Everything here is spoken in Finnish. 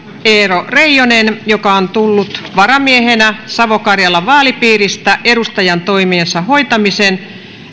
eero reijonen joka on tullut varamiehenä savo karjalan vaalipiiristä edustajantoimensa hoitamisen